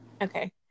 okay